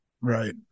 Right